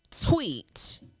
tweet